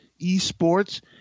eSports